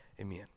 Amen